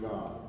God